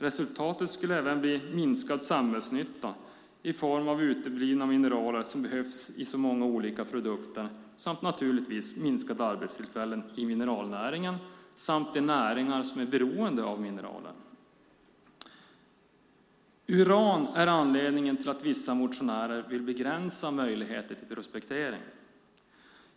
Resultatet skulle även bli minskad samhällsnytta i form av uteblivna mineraler, som behövs i så många olika produkter, samt naturligtvis minskade arbetstillfällen i mineralnäringen samt de näringar som är beroende av mineralen. Uran är anledningen till att vissa motionärer vill begränsa möjligheten till prospektering.